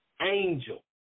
Angel